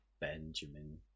Benjamin